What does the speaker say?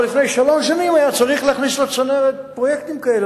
אבל לפני שלוש שנים היה צריך להכניס לצנרת פרויקטים כאלה.